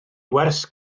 wers